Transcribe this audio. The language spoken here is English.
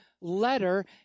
letter